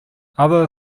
other